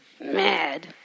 mad